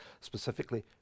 specifically